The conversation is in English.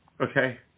Okay